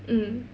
mmhmm